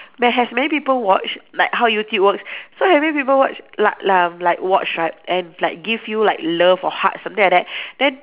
ma~ has many people watch like how YouTube works so having people watch la~ la~ like watch right and like give you like love or hugs something like then